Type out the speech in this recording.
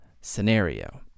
scenario